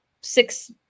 six